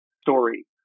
story